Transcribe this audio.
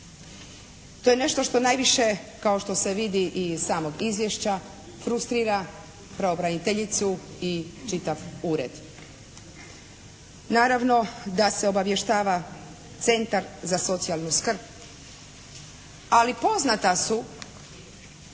To je nešto što najviše kao što se vidi i iz samog izvješća frustrira pravobraniteljicu i čitav ured. Naravno da se obavještava Centar za socijalnu skrb, ali poznate su